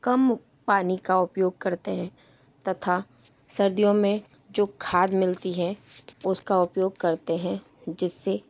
कम पानी का उपयोग करते हैं तथा सर्दियों में जो खाद मिलती है उसका उपयोग करते हैं जिससे